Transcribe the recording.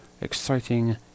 exciting